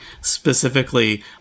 specifically